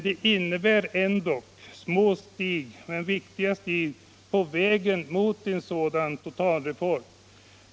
Det innebär ändock små men viktiga steg på vägen mot en sådan totalreform.